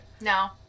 No